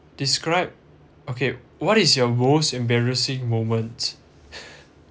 describe okay what is your most embarrassing moment